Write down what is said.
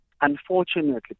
unfortunately